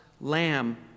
lamb